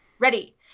Ready